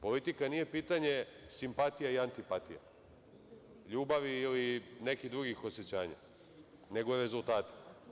Politika nije pitanje simpatija i antipatija, ljubavi ili nekih drugih osećanja, nego rezultata.